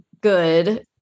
good